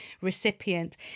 recipient